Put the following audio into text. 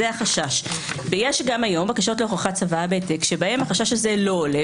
יש גם היום בקשות להוכחת צוואה בהעתק שבהן החשש הזה לא עולה